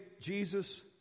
jesus